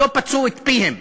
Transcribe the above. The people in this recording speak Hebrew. לא פצו את פיהם,